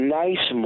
nice